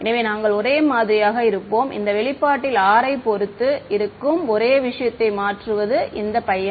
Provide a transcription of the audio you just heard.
எனவே நாங்கள் ஒரே மாதிரியாக இருப்போம் இந்த வெளிப்பாட்டில் r ஐப் பொறுத்து இருக்கும் ஒரே விஷயத்தை மாற்றுவது இந்த பையன்